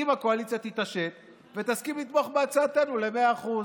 אם הקואליציה תתעשת ותסכים לתמוך בהצעתנו ל-100%.